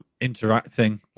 interacting